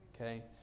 Okay